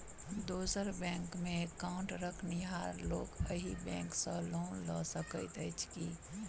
दोसर बैंकमे एकाउन्ट रखनिहार लोक अहि बैंक सँ लोन लऽ सकैत अछि की?